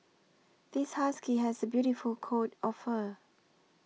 this husky has a beautiful coat of fur